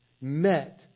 met